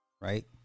right